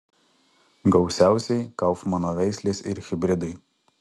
gausiausiai kaufmano veislės ir hibridai